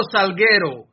Salguero